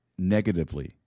negatively